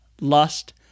lust